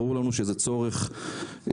ברור לנו שזה צורך אמיתי,